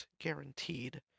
guaranteed